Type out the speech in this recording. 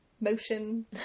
motion